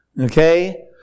Okay